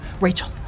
Rachel